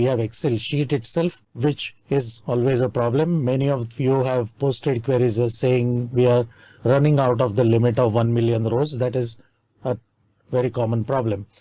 have excel sheet itself, which is always a problem. many of you have posted queries saying we are running out of the limit of one million rows. that is a very common problem,